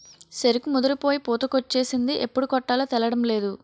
సెరుకు ముదిరిపోయి పూతకొచ్చేసింది ఎప్పుడు కొట్టాలో తేలడంలేదు